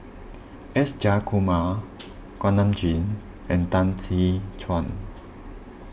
S Jayakumar Kuak Nam Jin and Tan See Chuan